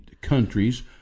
countries